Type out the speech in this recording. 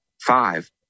five